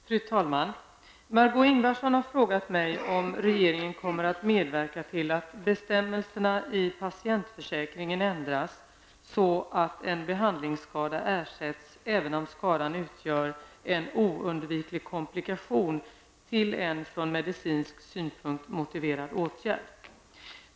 Fru talman! Margó Ingvardsson har frågat mig om regeringen kommer att medverka till att bestämmelserna i patientförsäkringen ändras så att en behandlingsskada ersätts även om skadan utgör en oundviklig komplikation till en från medicinsk synpunkt motiverad åtgärd.